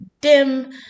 Dim